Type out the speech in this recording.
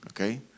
Okay